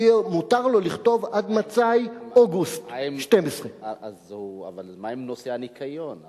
שיהיה מותר לו לכתוב: "עד מתי אוגוסט 12". אבל מה עם נושא הניקיון?